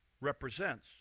represents